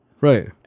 right